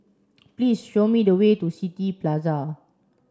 please show me the way to City Plaza